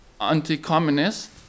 anti-communist